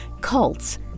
Cults